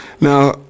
Now